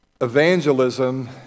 Evangelism